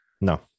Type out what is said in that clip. No